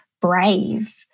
brave